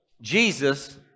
Jesus